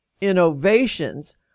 innovations